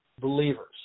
believers